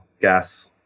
gas